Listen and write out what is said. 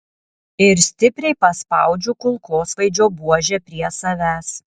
ir stipriai paspaudžiu kulkosvaidžio buožę prie savęs